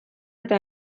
eta